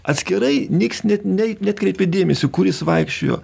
atskirai niekas net nei neatkreipė dėmesio kuris jis vaikščiojo